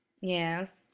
Yes